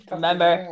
Remember